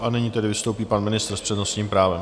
A nyní tedy vystoupí pan ministr s přednostním právem.